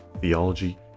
theology